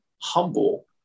humble